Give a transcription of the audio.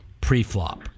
pre-flop